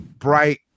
bright